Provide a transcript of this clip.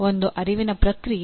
ಒಂದು ಅರಿವಿನ ಪ್ರಕ್ರಿಯೆ